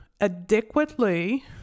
adequately